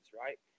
right